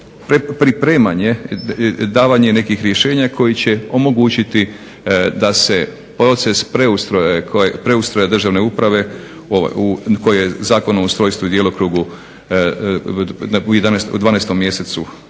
pripremanje, davanje nekih rješenja koji će omogućiti da se proces preustroja državne uprave koji je Zakon o ustrojstvu i djelokrugu u 12. mjesecu bio